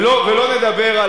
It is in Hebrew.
ולא נדבר,